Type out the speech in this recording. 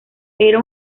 era